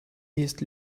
east